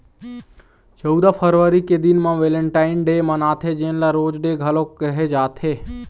चउदा फरवरी के दिन म वेलेंटाइन डे मनाथे जेन ल रोज डे घलोक कहे जाथे